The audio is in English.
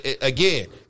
again –